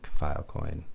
filecoin